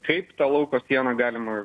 kaip tą lauko sieną galima